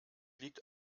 liegt